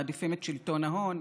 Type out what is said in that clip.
הם מעדיפים את שלטון ההון.